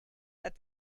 that